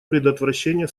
предотвращение